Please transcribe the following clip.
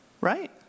right